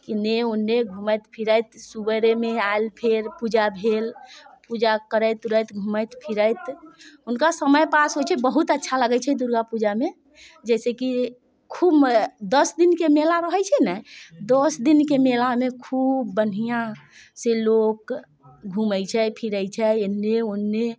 एने उने घूमैत फिरैत सुबेरेमे आयल फेर पूजा भेल पूजा करैत उरैत घूमैत फिरैत हुनका समय पास होइ छै बहुत अच्छा लगै छै दुर्गा पूजामे जैसेकि खूब म दस दिनके मेला रहै छै ने दस दिनके मेलामे खूब बढ़िआँसँ लोक घूमै छै फिरै छै एने ओने